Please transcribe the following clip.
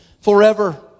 forever